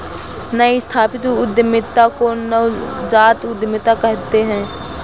नई स्थापित उद्यमिता को नवजात उद्दमिता कहते हैं